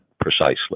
precisely